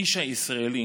"איש הישראלי